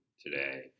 today